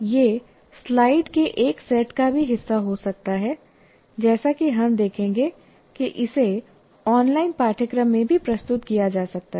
यह स्लाइड के एक सेट का भी हिस्सा हो सकता है जैसा कि हम देखेंगे कि इसे ऑनलाइन पाठ्यक्रम में भी प्रस्तुत किया जा सकता है